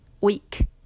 week